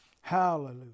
Hallelujah